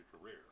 career